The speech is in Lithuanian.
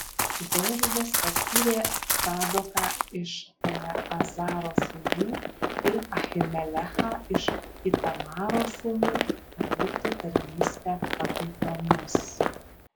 dovydas paskyrė cadoką iš eleazaro sūnų ir ahimelechą iš itamaro sūnų atlikti tarnystę pakaitomis